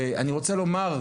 אני רוצה לומר,